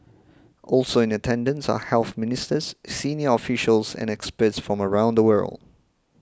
also in attendance are health ministers senior officials and experts from around the world